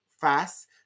fast